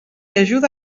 ajuda